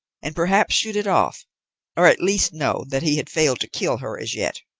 and perhaps shoot it off or at least know that he had failed to kill her as yet.